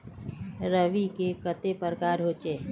रवि के कते प्रकार होचे?